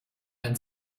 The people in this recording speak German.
man